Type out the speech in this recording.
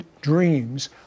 dreams